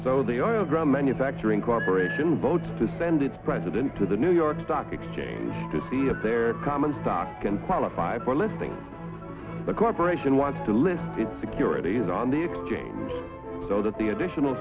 so they are grown manufacturing corporation votes to send its president to the new york stock exchange to see if their common stock and qualify for listing the corporation wants to list its securities on the exchange so that the additional